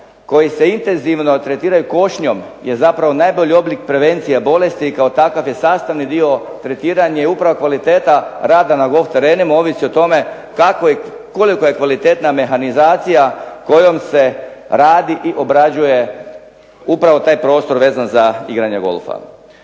koji se intenzivno tretiraju košnjom je zapravo najbolji oblik prevencija bolesti i kao takav je sastavni dio tretiranje je upravo kvaliteta rada na golf terenima ovisi o tome kako i koliko je kvalitetna mehanizacija kojom se radi i obrađuje upravo taj prostor vezan za igranje golfa.